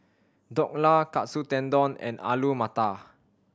Dhokla Katsu Tendon and Alu Matar